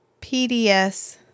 PDS